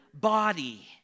body